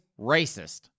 racist